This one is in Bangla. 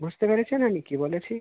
বুঝতে পেরেছেন আমি কী বলেছি